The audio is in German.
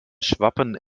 schwappen